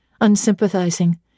unsympathizing